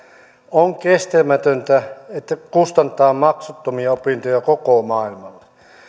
on kestämätöntä kustantaa maksuttomia opintoja koko maailmalle